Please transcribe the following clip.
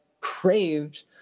craved